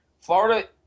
Florida